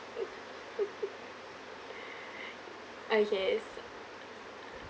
okay